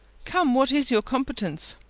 come, what is your competence?